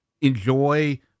enjoy